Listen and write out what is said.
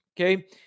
Okay